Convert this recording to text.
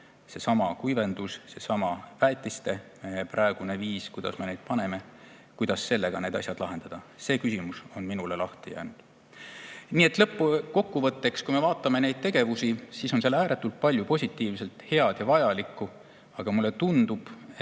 seesama kuivendus ja praegune viis, kuidas me väetisi paneme. Kuidas sellega neid asju lahendada? See küsimus on minul [vastuseta] jäänud. Nii et lõppkokkuvõtteks, kui me vaatame neid tegevusi, siis on seal ääretult palju positiivset, head ja vajalikku, aga mulle tundub, et